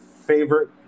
favorite